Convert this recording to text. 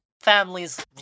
families